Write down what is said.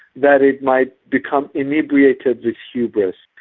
that it might become inebriated with hubris.